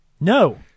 No